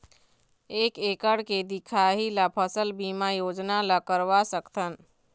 एक एकड़ के दिखाही ला फसल बीमा योजना ला करवा सकथन?